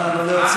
מה זה הדבר הזה?